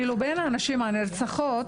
בין הנשים הנרצחות,